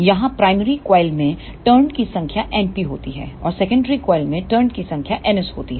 यहां primary coil में turn की संख्या np होती है और सेकेंडरी कॉइल में टर्न की संख्या ns होती है